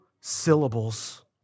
syllables